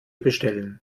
bestellen